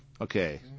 Okay